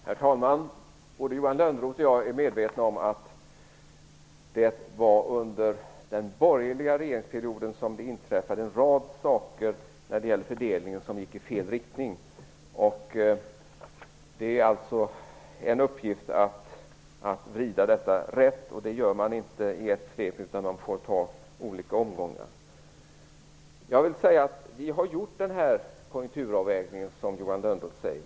Herr talman! Både Johan Lönnroth och jag är medvetna om att det var under den borgerliga regeringsperioden som det inträffade en rad saker när det gäller fördelningen som gick i fel riktning. Det är alltså en uppgift att vrida detta rätt. Det gör man inte i ett svep, utan man får ta det i olika omgångar. Jag vill säga att vi har gjort den konjunkturavvägning som Johan Lönnroth talar om.